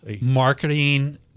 marketing